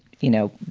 you know,